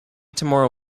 tomorrow